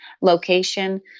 location